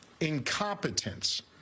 Incompetence